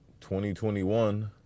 2021